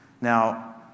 Now